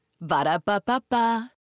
Ba-da-ba-ba-ba